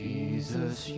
Jesus